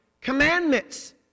commandments